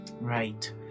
Right